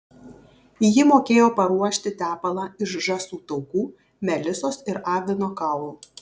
ji mokėjo paruošti tepalą iš žąsų taukų melisos ir avino kaulų